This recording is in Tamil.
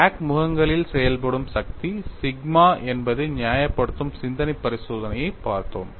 கிராக் முகங்களில் செயல்படும் சக்தி சிக்மா என்பதை நியாயப்படுத்தும் சிந்தனை பரிசோதனையைப் பார்த்தோம்